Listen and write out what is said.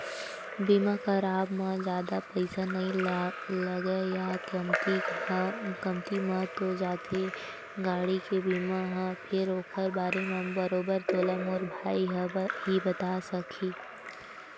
बीमा कराब म जादा पइसा नइ लगय या कमती म हो जाथे गाड़ी के बीमा ह फेर ओखर बारे म बरोबर तोला मोर भाई ह ही बताय सकही